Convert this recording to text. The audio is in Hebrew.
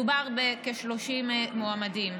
מדובר בכ-30 מועמדים.